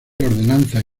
ordenanzas